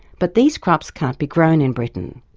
but these crops can't be grown in britain.